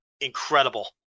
Incredible